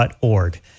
org